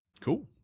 Cool